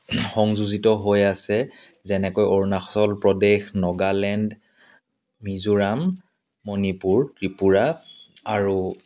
সংযোজিত হৈ আছে যেনেকৈ অৰুণাচল প্ৰদেশ নাগালেণ্ড মিজোৰাম মণিপুৰ ত্ৰিপুৰা আৰু